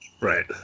Right